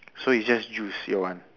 so it's just juice your one